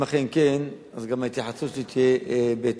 אם אכן כן, אז גם ההתייחסות שלי תהיה בהתאם,